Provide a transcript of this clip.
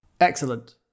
excellent